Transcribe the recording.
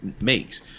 makes